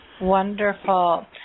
Wonderful